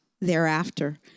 thereafter